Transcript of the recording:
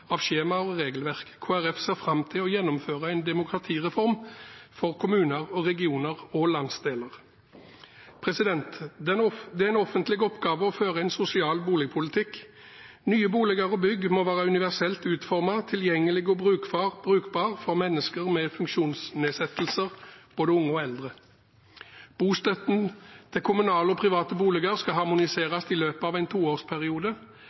av skjemaer og regelverk. Kristelig Folkeparti ser fram til å gjennomføre en demokratireform for kommuner, regioner og landsdeler. Det er en offentlig oppgave å føre en sosial boligpolitikk. Nye boliger og bygg må være universelt utformet, tilgjengelige og brukbare for mennesker med funksjonsnedsettelser, både unge og eldre. Bostøtten til kommunale og private boliger skal harmoniseres i løpet av en toårsperiode.